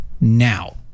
now